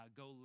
go